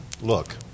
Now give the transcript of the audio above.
look